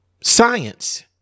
science